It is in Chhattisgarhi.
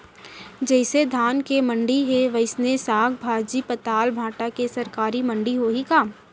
जइसे धान के मंडी हे, वइसने साग, भाजी, पताल, भाटा के सरकारी मंडी होही का?